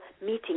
meeting